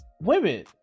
women